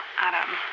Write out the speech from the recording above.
Adam